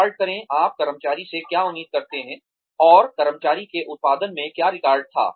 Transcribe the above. record करें आप कर्मचारी से क्या उम्मीद करते हैं और कर्मचारी के उत्पादन में क्या रिकॉर्ड था